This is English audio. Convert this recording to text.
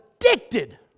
addicted